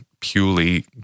purely